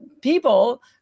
people